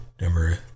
Number